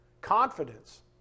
confidence